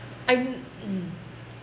I'm mm